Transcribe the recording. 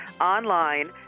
online